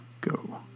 go